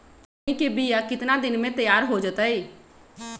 खैनी के बिया कितना दिन मे तैयार हो जताइए?